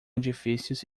edifícios